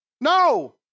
No